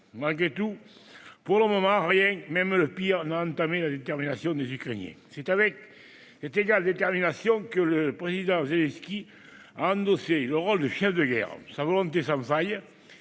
Malgré tout, pour le moment, rien- même le pire -n'a entamé la détermination des Ukrainiens. C'est avec cette égale détermination que le président Zelensky a endossé le rôle de chef de guerre. Sa volonté sans faille,